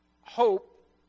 hope